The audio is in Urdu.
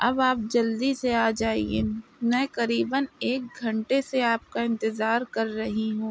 اب آپ جلدی سے آ جائیے میں قریباً ایک گھنٹے سے آپ کا انتظار کر رہی ہوں